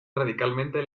radicalmente